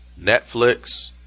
Netflix